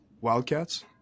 Wildcats